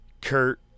Kurt